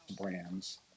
brands